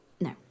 no